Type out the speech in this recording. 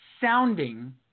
sounding